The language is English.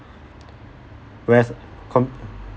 whereas